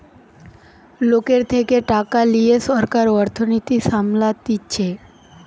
লোকের থেকে টাকা লিয়ে সরকার অর্থনীতি সামলাতিছে